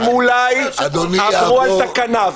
הם אולי עברו על תקנה.